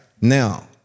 Now